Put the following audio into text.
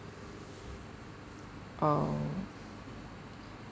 uh